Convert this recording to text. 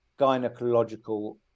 gynecological